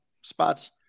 spots